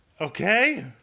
Okay